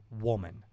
woman